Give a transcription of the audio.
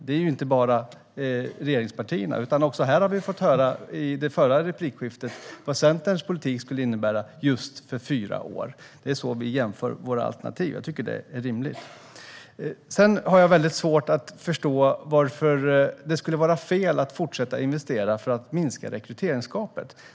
Det är inte bara regeringspartierna som har det. I det förra replikskiftet fick vi också höra vad Centerns politik skulle innebära just för fyra år. Det är så vi jämför våra alternativ. Det tycker jag är rimligt. Jag har svårt att förstå varför det skulle vara fel att fortsätta investera för att minska rekryteringsgapet.